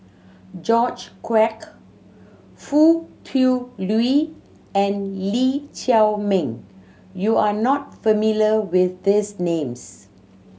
George Quek Foo Tui Liew and Lee Chiaw Meng you are not familiar with these names